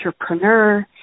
entrepreneur